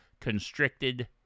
constricted